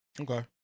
Okay